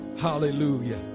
Hallelujah